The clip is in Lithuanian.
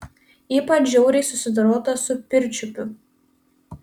ypač žiauriai susidorota su pirčiupiu